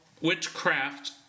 witchcraft